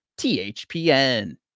THPN